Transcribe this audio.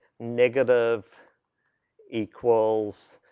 negative equals,